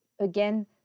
again